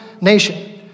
nation